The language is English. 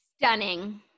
stunning